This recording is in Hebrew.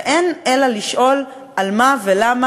ואין אלא לשאול: על מה ולמה?